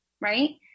right